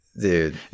dude